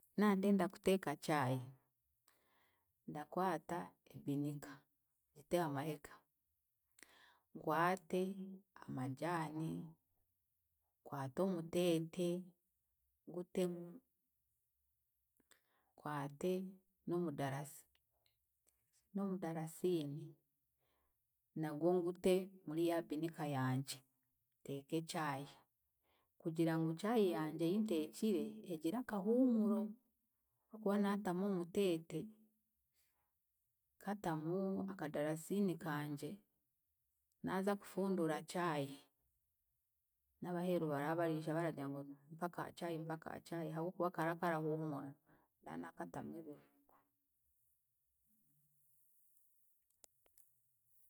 Nandenda kuteeka chai, ndakwata ebinika, ngite hamahega, nkwate amagyani, nkwate omuteete ngutemu, nkwate n'omudarasi n'omudarasiini nagwe ngute muri ya binika yangye, nteeke chai, kugira ngu chai yangye ei ntekiire egire akahuumuro, hokuba naatamu omuteete, nkatamu akadarasiini kangye, naaza kufunduura chai, n'ab'aheeru baraba bariija baragira ngu mpaka ka chai, mpaka ka chai habw'okuba karaba karahuumura nda naakatamu ebirungo.